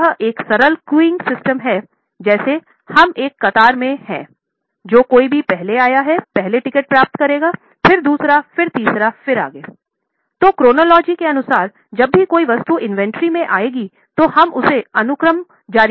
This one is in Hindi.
तो यह एक सरल क्वीययंग सिस्टम के अनुसार जब भी कोई वस्तु इन्वेंट्री में आएगी तो हम उसे अनुक्रम जारी करेंगे